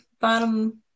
bottom